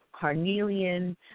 carnelian